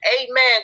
amen